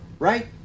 right